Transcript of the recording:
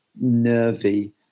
nervy